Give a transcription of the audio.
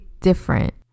different